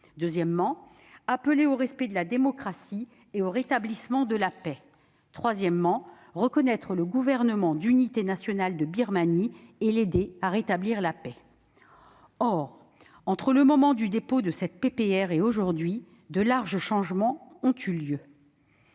deuxièmement, à appeler au respect de la démocratie et au rétablissement de la paix ; troisièmement, à reconnaître le Gouvernement d'unité nationale de Birmanie pour l'aider à rétablir la paix. Or, entre le moment du dépôt de cette proposition de résolution et aujourd'hui, de larges changements ont eu lieu,